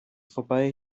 vorbei